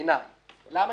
לדעתי,